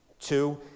Two